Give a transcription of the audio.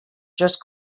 just